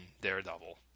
Daredevil